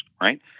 right